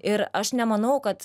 ir aš nemanau kad